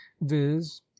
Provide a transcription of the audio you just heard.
viz